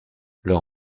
leur